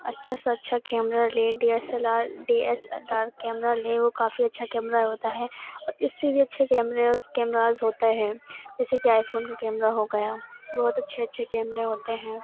اچّھا سے اچّھا کیمرہ لے D S L R D S L R camera لے وہ کافی اچّھا کیمرہ ہوتا ہے اور اس سے بھی اچّھے کیمرے اس کیمراز ہوتا ہے جیسے کہ آئی فون کا کیمرہ ہو گیا بہت اچّھے اچّھے کیمرے ہوتے ہیں